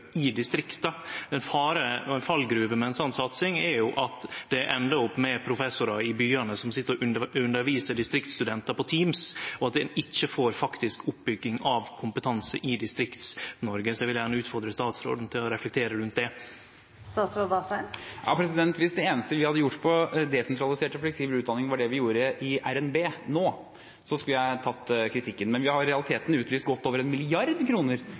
med ei slik satsing er at det endar opp med professorar i byane, som sit og underviser distriktsstudentar på Teams, og at ein ikkje får faktisk oppbygging av kompetanse i Distrikts-Noreg. Eg vil gjerne utfordre statsråden til å reflektere rundt det. Hvis det eneste vi hadde gjort innen desentralisert og fleksibel utdanning, var det vi gjorde i RNB nå, så skulle jeg tatt kritikken. Men vi har i realiteten utlyst godt over